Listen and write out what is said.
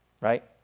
right